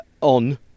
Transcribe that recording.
on